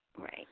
Right